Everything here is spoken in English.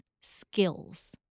skills